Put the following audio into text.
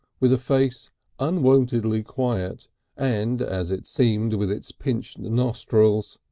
with a face unwontedly quiet and, as it seemed, with its pinched nostrils,